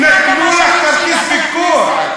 נתנו לך כרטיס ביקור.